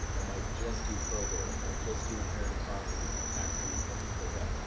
or might just do probate, or might just do inherited properties or tax delinquent, things like that.